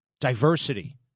Diversity